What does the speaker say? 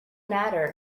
matter